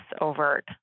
overt